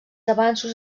avanços